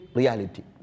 reality